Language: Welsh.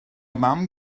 mam